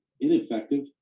ineffective